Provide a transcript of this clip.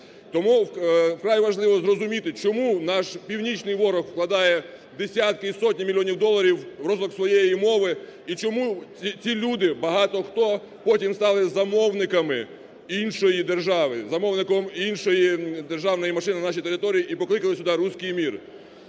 Тому вкрай важливо зрозуміти, чому наш північний ворог вкладає десятки і сотні мільйонів доларів в розвиток своєї мови. І чому ці люди, багато хто потім стали замовниками іншої держави, замовником іншої державної машини на нашій території і покликали сюда руській мир.